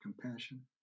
compassion